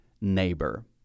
neighbor